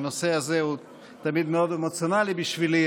הנושא הזה הוא תמיד מאוד אמוציונלי בשבילי,